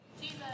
Jesus